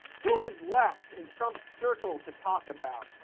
who is left in trump's circle to talk about?